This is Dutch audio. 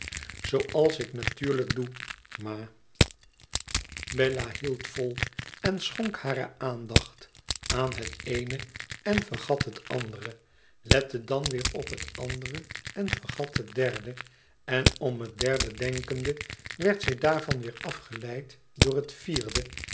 zooals ik natuurlijk doe ma bella hield vol en schonk hare aandacht aan het eene en vergat het andere lette dan weer op het andere en vergat het derde en om het derde denkende werd zij daarvan weer afgeleid door het vierde